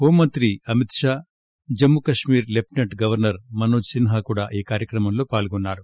హోంమంత్రి Amit Shah Jammu Kashmir lieutenant governor Manoj Sinha కూడా ఈ కార్యక్రమంలో పాల్గొన్నారు